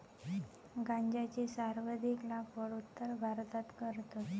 गांजाची सर्वाधिक लागवड उत्तर भारतात करतत